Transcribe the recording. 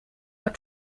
are